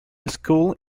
school